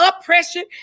oppression